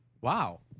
Wow